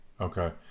okay